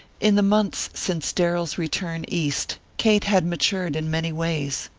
in the months since darrell's return east kate had matured in many ways.